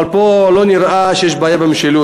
אבל פה לא נראה שיש בעיה במשילות,